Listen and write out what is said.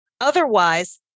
Otherwise